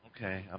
Okay